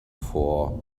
for